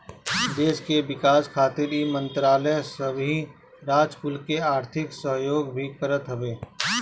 देस के विकास खातिर इ मंत्रालय सबही राज कुल के आर्थिक सहयोग भी करत हवे